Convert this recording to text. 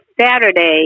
Saturday